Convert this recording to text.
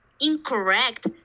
incorrect